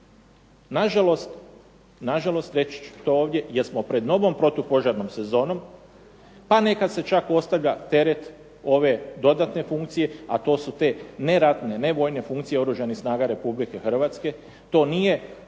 Na žalost reći ću to ovdje, jer smo pred novom protupožarnom sezonom, pa nekad se čak postavlja teret ove dodatne funkcije, a to su te neratne, nevojne funkcije oružanih snaga Republike Hrvatske, to nije